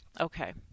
Okay